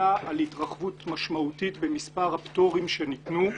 על התרחבות משמעותית במספר הפטורים שניתנו.